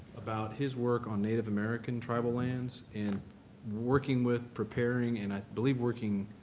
about his work on native american tribal lands, and working with, preparing, and i believe working